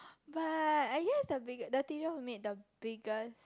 but I guess the biggest the teacher who made the biggest